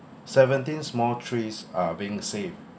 seventeen small trees are being safe